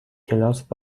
کلاس